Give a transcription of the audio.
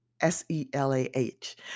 S-E-L-A-H